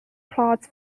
plots